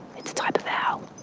it's a type of owl,